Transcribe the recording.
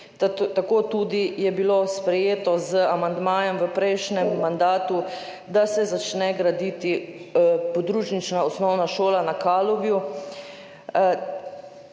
bilo tudi sprejeto z amandmajem v prejšnjem mandatu, da se začne graditi podružnična osnovna šola na Kalobju.